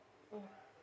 mm